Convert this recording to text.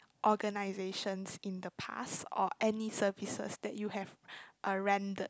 organisations in the past or any services that you have uh rendered